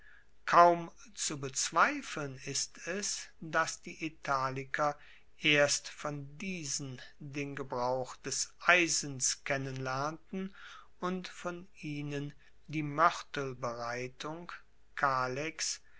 kaum zu bezweifeln ist es dass die italiker erst von diesen den gebrauch des eisens kennenlernten und von ihnen die